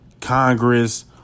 Congress